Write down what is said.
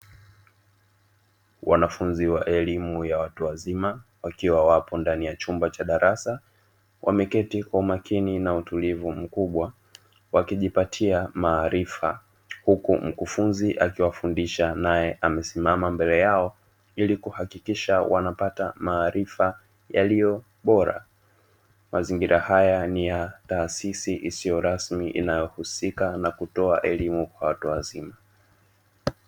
Wanafunzi wa elimu ya watu wazima wakiwa wapo ndani ya chumba cha darasa, wameketi kwa umakini na utulivu mkubwa, wakijipatia maarifa huku mkufunzi akiwafundisha nae amesimama mbele yao, ili kuhakikisha wanapata maarifa yaliyo bora mazingira haya ni ya taasisi isiyo rasmi inayohusika na kutoa elimu kwa watu wazima.